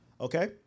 Okay